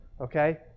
Okay